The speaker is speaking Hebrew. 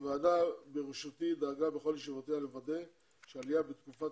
הוועדה בראשותי דאגה בכל ישיבותיה לוודא שהעלייה בתקופת